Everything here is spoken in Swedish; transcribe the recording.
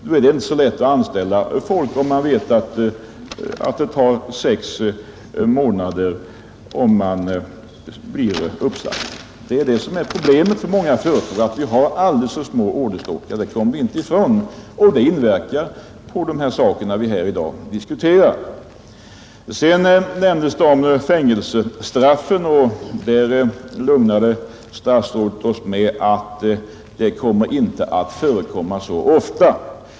Då är det inte så lätt att anställa folk, om man vet att de har sex månaders uppsägningstid. Problemet för många företag är att de har alldeles för små orderstockar. Det kommer man inte ifrån, och det inverkar på de problem vi i dag diskuterar. Statsrådet lugnade oss med att fängelsestraff inte kommer att utdömas så ofta.